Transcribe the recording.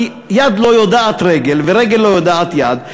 כי יד לא יודעת רגל ורגל לא יודעת יד,